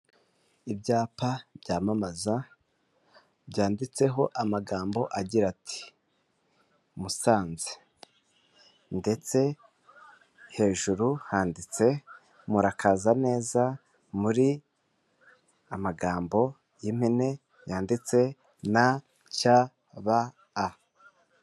Ibyapa byamamaza byanditseho amagambo agira ati Musanze ndetse hejuru handitse murakaza neza muri amagambo y'impene yanditse NCBA.